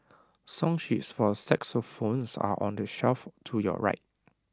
song sheets for xylophones are on the shelf to your right